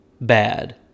bad